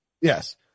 Yes